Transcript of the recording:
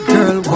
Girl